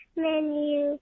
menu